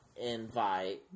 invite